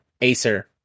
Acer